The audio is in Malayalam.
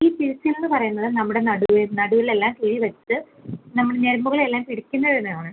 ഈ പിഴിച്ചിൽ എന്ന് പറയുന്നത് നമ്മുടെ നടുവേദന നടുവിൽ എല്ലാം കിഴി വെച്ച് നമ്മുടെ ഞരമ്പുകളെല്ലാം പിടിക്കുന്ന ഒരിതാണ്